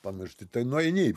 pamiršti tai nueini